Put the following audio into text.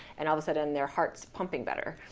and all of a sudden their heart's pumping better.